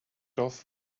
dov